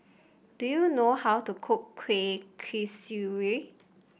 do you know how to cook Kueh Kasturi